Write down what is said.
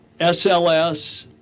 SLS